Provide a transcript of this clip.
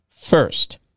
first